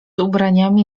ubraniami